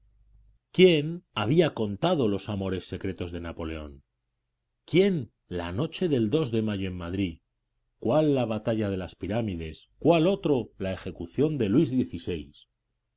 quién había contado los amores secretos de napoleón quién la noche del de mayo en madrid cuál la batalla de las pirámides cuál otro la ejecución de luis